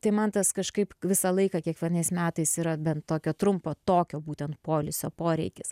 tai man tas kažkaip visą laiką kiekvienais metais yra bent tokio trumpo tokio būtent poilsio poreikis